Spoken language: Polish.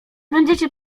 będziecie